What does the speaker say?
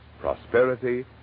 prosperity